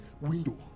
window